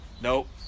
Nope